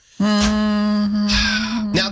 now